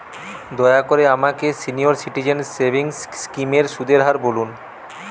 দয়া করে আমাকে সিনিয়র সিটিজেন সেভিংস স্কিমের সুদের হার বলুন